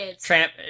Tramp